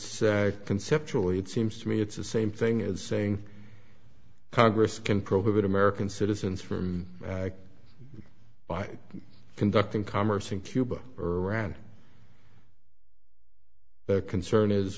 s conceptually it seems to me it's the same thing as saying congress can prohibit american citizens from by conducting commerce in cuba or around the concern is